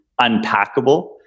unpackable